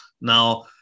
Now